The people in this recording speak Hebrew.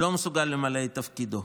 לא מסוגל למלא את תפקידו,